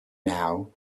now